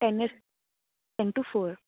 ten S ten two four